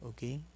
Okay